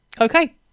Okay